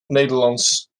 nederlands